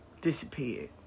disappeared